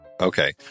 Okay